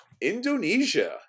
Indonesia